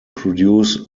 produce